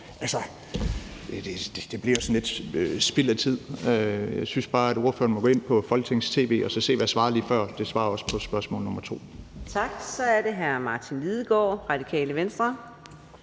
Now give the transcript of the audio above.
Altså, det bliver sådan lidt spild af tid. Jeg synes bare, at ordføreren må gå ind på Folketingets tv og se, hvad jeg svarede lige før. Det svarer også på spørgsmål nummer to. Kl. 15:19 Fjerde næstformand (Karina Adsbøl):